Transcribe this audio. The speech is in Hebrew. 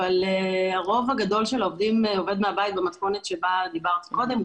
אבל הרוב הגדול של העובדים עובד מהבית במתכונת שבה דיברת קודם,